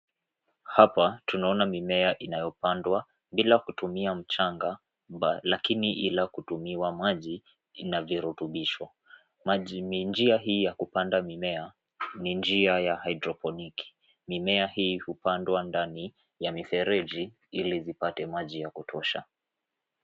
Hapa tunaona mimea inayopandwa bila kutumia mchanga lakini ila kutumia maji inavirutubisho maji ni njia hii ya kupanda mimea ni njia ya haidropoliki mimea hii hupandwa ndani ya mifereji ili ipate maji yakutosha.